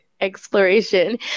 exploration